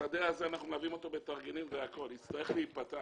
השדה הזה אנחנו מלווים אותו בתרגילים והכול יצטרך להיפתח.